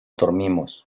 dormimos